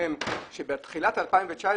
שבתחילת 2019,